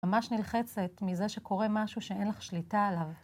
ממש נלחצת מזה שקורה משהו שאין לך שליטה עליו.